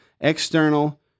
external